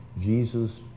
Jesus